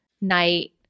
night